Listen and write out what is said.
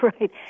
Right